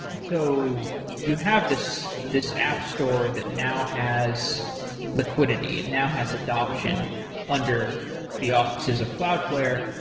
so you have this this app store that now has liquidity. it now has adoption under the auspices of cloudflare,